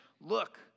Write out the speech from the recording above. Look